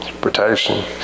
protection